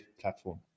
platform